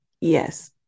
yes